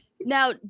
Now